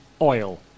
oil